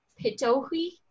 pitohui